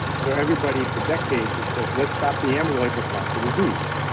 so everybody for decades has said, let's stop the amyloid, we'll stop the disease.